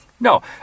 No